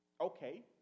okay